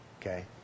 Okay